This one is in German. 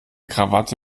krawatte